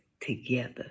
together